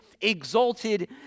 exalted